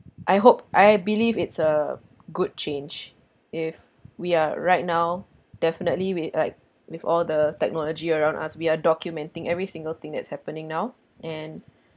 I hope I believe it's a good change if we are right now definitely with like with all the technology around us we are documenting every single thing that's happening now and